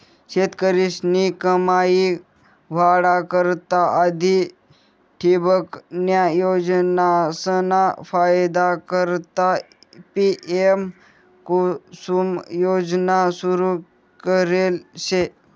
शेतकरीस्नी कमाई वाढा करता आधी ठिबकन्या योजनासना फायदा करता पी.एम.कुसुम योजना सुरू करेल शे